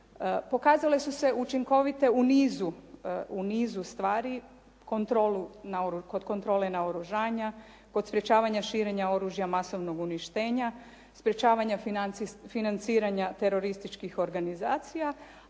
Pokazale su se učinkovite u nizu, u nizu stvari, kontrolu, kod kontrole naoružanja, kod sprečavanja širenja oružja masovnog uništenja, sprečavanja financiranja terorističkih organizacija